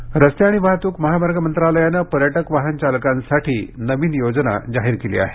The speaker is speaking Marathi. पर्यटन रस्ते वाहतूक आणि महामार्ग मंत्रालयाने पर्यटक वाहन चालकांसाठी नवीन योजना जाहीर केली आहे